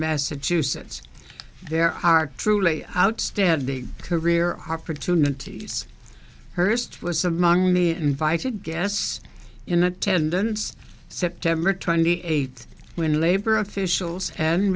massachusetts there are truly outstanding career opportunities hearst was among many invited guests in attendance september twenty eighth when labor officials and